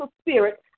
spirit